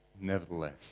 nevertheless